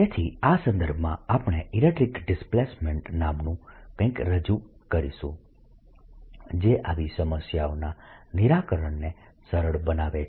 તેથી આ સંદર્ભમાં આપણે ઇલેક્ટ્રીક ડિસ્પ્લેસમેન્ટ નામનું કંઈક રજૂ કરીશું જે આવી સમસ્યાઓના નિરાકરણને સરળ બનાવે છે